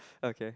okay